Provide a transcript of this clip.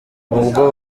n’ubwo